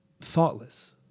thoughtless